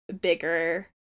bigger